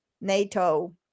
NATO